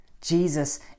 Jesus